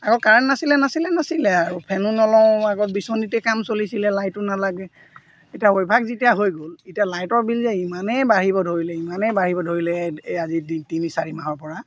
আকৌ কাৰেণ্ট নাছিলে নাছিলে নাছিলে আৰু ফেনো নলওঁ আগত বিচনীতে কাম চলিছিলে লাইটো নালাগে এতিয়া অভ্যাস যেতিয়া হৈ গ'ল এতিয়া লাইটৰ বিল যে ইমানেই বাঢ়িব ধৰিলে ইমানেই বাঢ়িব ধৰিলে আজিৰ তিনি চাৰি মাহৰ পৰা